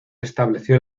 estableció